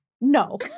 no